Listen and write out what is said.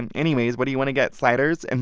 and anyways, what do you want to get sliders? and